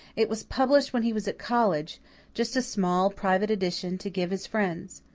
it was published when he was at college just a small, private edition to give his friends.